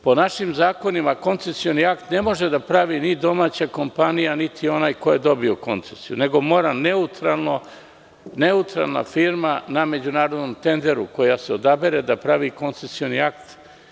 Po našim zakonima, koncesioni akt ne može da pravi ni domaća kompanija niti onaj ko je dobio koncesiju, nego mora neutralna firma na međunarodnom tenderu koja se odabere da pravi koncesioni akt.